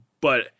but-